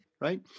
right